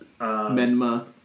Menma